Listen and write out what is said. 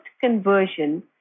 conversion